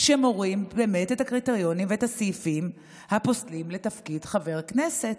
שמוריד באמת את הקריטריונים ואת הסעיפים הפוסלים לתפקיד חבר כנסת.